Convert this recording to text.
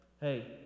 hey